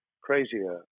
crazier